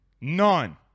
None